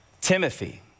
Timothy